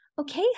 okay